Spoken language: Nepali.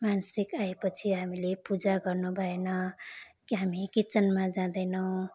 मासिक आएपछि हामीले पूजा गर्नुभएन कि हामी किचनमा जाँदैनौँ